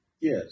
Yes